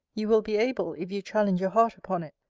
you will be able, if you challenge your heart upon it,